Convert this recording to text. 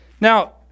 Now